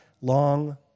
long